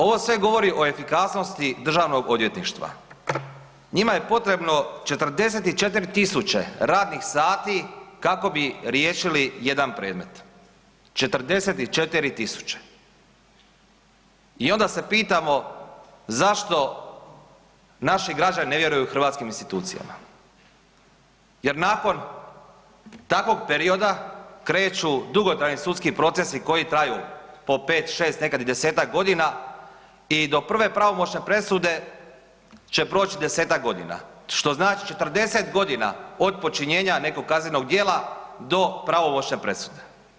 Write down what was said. Ovo sve govori o efikasnosti DORH-a, njima je potrebno 44.000 radnih sati kako bi riješili jedan predmet, 44.000 i onda se pitamo zašto naši građani ne vjeruju hrvatskim institucijama jer nakon takvog perioda kreću dugotrajni sudski procesi koji traju po 5, 6, nekad i desetak godina i do prve pravomoćne presude će proći desetak godina, što znači 40 godina od počinjenja nekog kaznenog djela do pravomoćne presude.